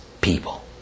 people